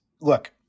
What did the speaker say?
look